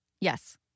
Yes